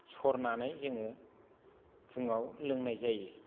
सरनानै जोङो फुङाव लोंनाय जायो